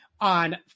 on